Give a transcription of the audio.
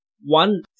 one